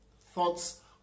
thoughts